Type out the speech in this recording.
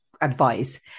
advice